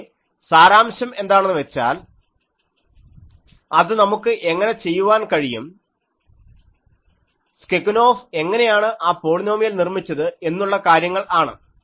പക്ഷേ സാരാംശം എന്താണെന്നു വെച്ചാൽ അത് നമുക്ക് എങ്ങനെ ചെയ്യുവാൻ കഴിയും സ്കെകുനോഫ് എങ്ങനെയാണ് ആ പോളിനോമിയൽ നിർമ്മിച്ചത് എന്നുള്ള കാര്യങ്ങൾ ആണ്